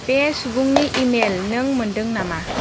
बे सुबुंनि इमेल नों मोन्दों नामा